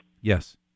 Yes